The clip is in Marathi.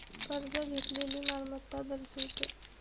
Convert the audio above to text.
कर्ज घेतलेली मालमत्ता दर्शवते